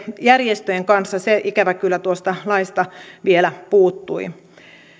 järjestöjen kanssa se ikävä kyllä tuosta laista vielä puuttui